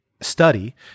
study